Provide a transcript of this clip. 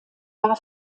war